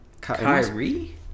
Kyrie